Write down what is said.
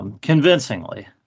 Convincingly